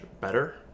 better